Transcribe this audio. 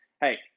Hey